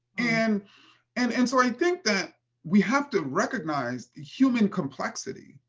and and and so i think that we have to recognize human complexity.